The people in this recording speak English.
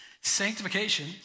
Sanctification